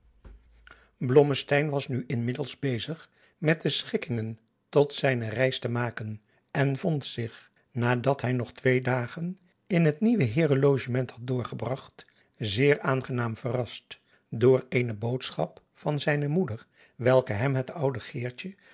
was nu inmiddels bezig met de schikkingen tot zijne reis te maken en vond zich nadat hij nog twee dagen in het nieuwe heeren logement had doorgebragt zeer aangenaam verrast door eene boodschap van zijne moeder welke hem het oude